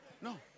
No